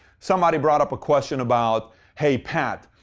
somebody brought up a question about hey pat,